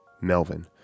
Melvin